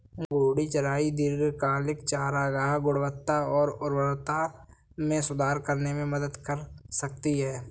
घूर्णी चराई दीर्घकालिक चारागाह गुणवत्ता और उर्वरता में सुधार करने में मदद कर सकती है